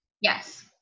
Yes